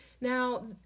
Now